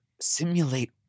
simulate